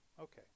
Okay